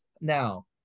Now